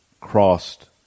crossed